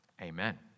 Amen